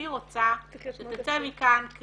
אני רוצה שתצא מכאן קריאה